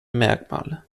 merkmale